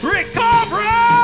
Recovery